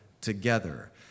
together